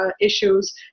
issues